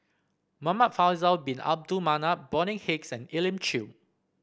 Muhamad Faisal Bin Abdul Manap Bonny Hicks and Elim Chew